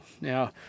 Now